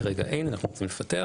כרגע אין אנחנו נפתח,